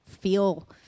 feel